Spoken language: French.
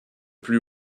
plus